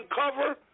uncover